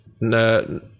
no